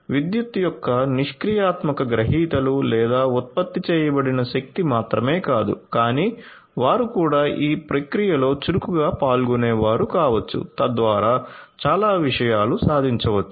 విద్యుత్తు యొక్క నిష్క్రియాత్మక గ్రహీతలు లేదా ఉత్పత్తి చేయబడిన శక్తి మాత్రమే కాదు కానీ వారు కూడా ఈ ప్రక్రియలో చురుకుగా పాల్గొనేవారు కావచ్చు తద్వారా చాలా విషయాలు సాధించవచ్చు